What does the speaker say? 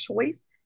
choice